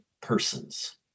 persons